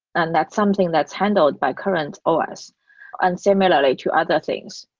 and that's something that's handled by current ah os and similarly to other things.